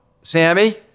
Sammy